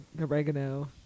oregano